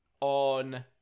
on